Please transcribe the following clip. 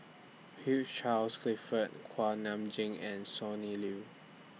Hugh Charles Clifford Kuak Nam Jin and Sonny Liew